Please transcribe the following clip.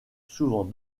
souvent